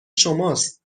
شماست